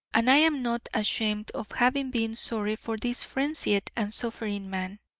and i am not ashamed of having been sorry for this frenzied and suffering man.